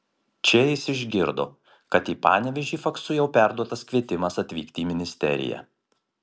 čia jis išgirdo kad į panevėžį faksu jau perduotas kvietimas atvykti į ministeriją